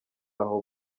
aho